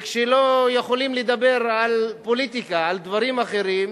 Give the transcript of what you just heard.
כשלא יכולים לדבר על פוליטיקה, על דברים אחרים,